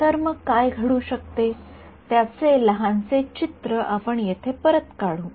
तर मग काय घडू शकते त्याचे लहानसे चित्र आपण येथे परत काढू